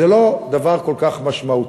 זה לא דבר כל כך משמעותי.